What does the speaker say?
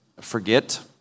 forget